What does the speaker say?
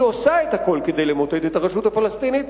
היא עושה את הכול כדי למוטט את הרשות הפלסטינית,